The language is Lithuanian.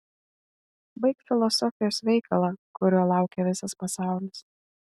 baik filosofijos veikalą kurio laukia visas pasaulis